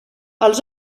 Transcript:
els